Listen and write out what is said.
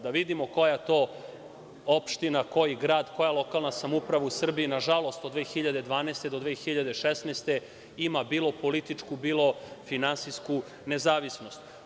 Da vidimo koja to opština, koji grad, koja lokalna samouprava u Srbiji, nažalost, od 2012. do 2016. ima bilo političku, bilo finansijsku nezavisnost.